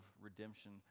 redemption